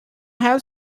have